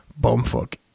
bumfuck